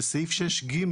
בסעיף 6(ג)